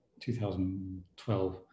2012